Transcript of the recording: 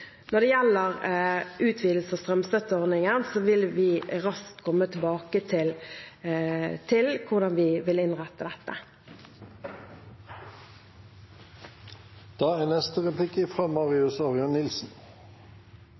Når det gjelder utvidelse av strømstøtteordningen, vil vi raskt komme tilbake til hvordan vi vil innrette dette. Dagens debatt og utvidelse av strømstøtten er